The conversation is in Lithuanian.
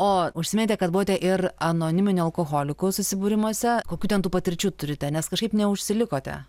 o užsiminėte kad buvote ir anoniminių alkoholikų susibūrimuose kokių ten tų patirčių turite nes kažkaip neužsilikote